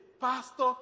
Pastor